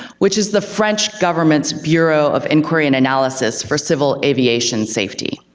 which is the french government's bureau of inquiry and analysis for civil aviation safety.